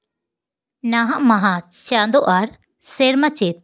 ᱱᱟᱦᱟᱜ ᱢᱟᱦᱟ ᱪᱟᱸᱫᱚ ᱟᱨ ᱥᱮᱨᱢᱟ ᱪᱮᱫ